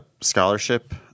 scholarship